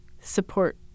support